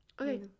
Okay